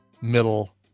middle